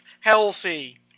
healthy